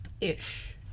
ish